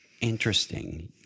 Interesting